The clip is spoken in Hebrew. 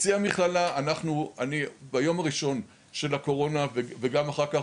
אצלי במכללה ביום הראשון של הקורונה וגם אחר כך,